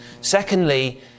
Secondly